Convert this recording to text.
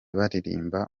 baririmba